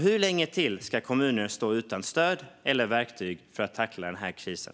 Hur länge till ska kommunerna stå utan stöd och verktyg för att tackla krisen?